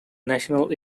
national